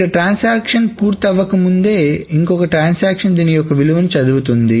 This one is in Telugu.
ఇక్కడ ట్రాన్సాక్షన్ పూర్తవక ముందే ఇంకొక ట్రాన్సాక్షన్ దీని యొక్క విలువను చదువుతుంది